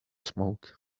smoke